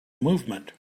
movement